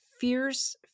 fierce